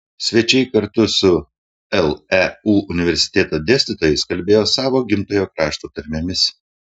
svečiai kartu su leu universiteto dėstytojais kalbėjo savo gimtojo krašto tarmėmis